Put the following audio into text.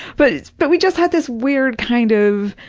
but but we just had this weird kind of,